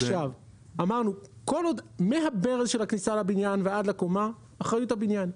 אמרנו שמהברז של הכניסה לבניין ועד לקומה אחריות הבניין.